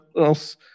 else